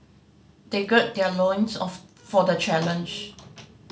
they gird their loins of for the challenge